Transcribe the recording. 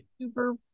super